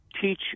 teach